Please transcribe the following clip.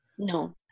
No